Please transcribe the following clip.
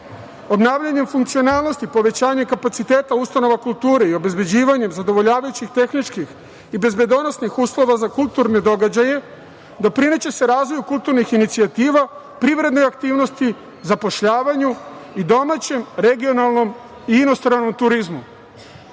vrednost. Obnavljanjem funkcionalnosti, povećanjem kapaciteta ustanova kulture i obezbeđivanjem zadovoljavajućih tehničkih i bezbedonosnih uslova za kulturne događaje doprineće se razvoju kulturnih inicijativa, privrednoj aktivnosti, zapošljavanju i domaćem regionalnom i inostranom turizmu.